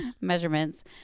measurements